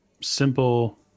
simple